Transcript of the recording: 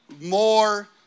more